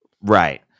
Right